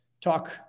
talk